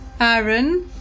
Aaron